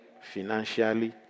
financially